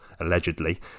allegedly